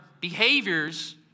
behaviors